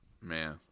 Man